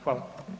Hvala.